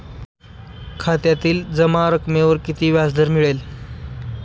खात्यातील जमा रकमेवर किती व्याजदर मिळेल?